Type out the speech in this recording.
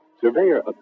Surveyor